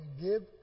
give